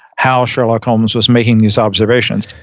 how sherlock holmes was making these observations.